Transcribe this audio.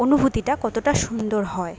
অনুভূতিটা কতোটা সুন্দর হয়